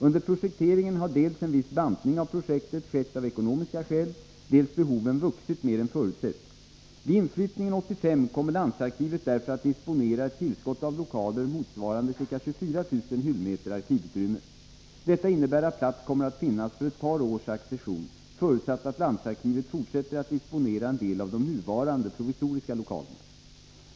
Under projekteringen har dels en viss bantning av projektet skett av ekonomiska skäl, dels behoven vuxit mer än förutsett. Vid inflyttningen 1985 kommer landsarkivet därför att disponera ett tillskott av lokaler motsvarande ca 24 000 hyllmeter arkivutrymme. Detta innebär att plats kommer att finnas för ett par års accession, förutsatt att landsarkivet fortsätter att disponera en del av de nuvarande provisoriska lokalerna.